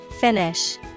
Finish